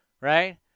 right